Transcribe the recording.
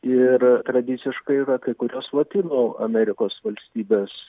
ir tradiciškai yra kai kurios lotynų amerikos valstybės